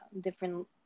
different